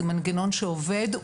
זה מנגנון שעובד.